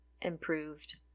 improved